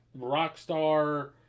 Rockstar